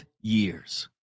years